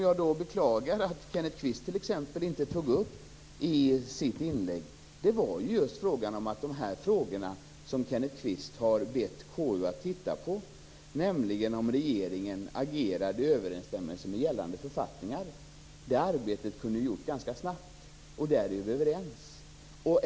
Jag beklagar att Kenneth Kvist inte tog upp i sitt inlägg frågan om huruvida regeringen agerade i överensstämmelse med gällande författningar. Det arbetet hade kunnat göras snabbt. Där är vi överens.